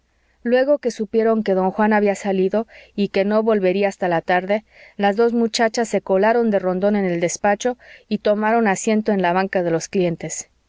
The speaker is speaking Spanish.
luego que supieron que don juan había salido y que no volvería hasta la tarde las dos muchachas se colaron de rondón en el despacho y tomaron asiento en la banca de los clientes